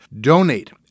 Donate